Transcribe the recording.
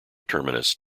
terminus